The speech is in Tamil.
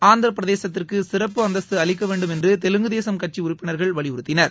ஆந்திர பிரதேசத்திற்கு சிறப்பு அந்தஸ்து அளிக்க வேண்டும் என்று தெலுங்குதேசம் கட்சி உறுப்பினர்கள் வலியுறுத்தினர்